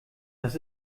das